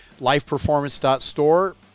Lifeperformance.store